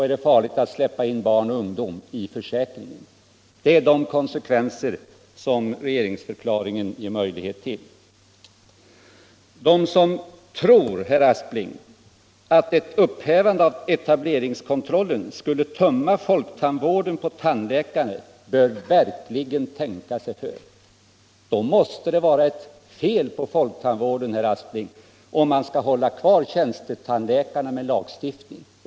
Är det farligt att släppa in barn och ungdom i försäkringen? 'Det är de konsekvenser som regeringsförklaringen kan få. De som tror att ett upphävande av etableringskontrollen skall tömma folktandvården på tandläkare bör verkligen tänka sig för. Det måste vara ett fel på folktandvården, herr Aspling, om man skall hålla kvar tjänstetandläkarna med lagstiftning.